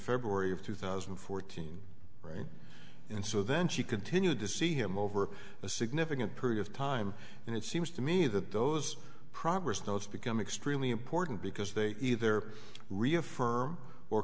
february of two thousand and fourteen right and so then she continued to see him over a significant period of time and it seems to me that those progress notes become extremely important because they either reaffirm or